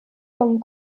von